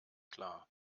klar